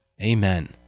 Amen